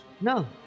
No